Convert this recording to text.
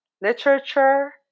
literature